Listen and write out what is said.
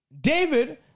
David